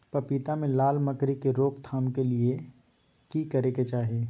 पपीता मे लाल मकरी के रोक थाम के लिये की करै के चाही?